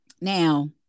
Now